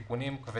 אלה תיקונים כבדים.